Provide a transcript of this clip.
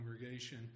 congregation